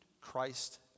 Christ